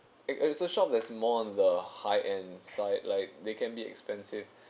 it is a shop that's more on the high end side like they can be expensive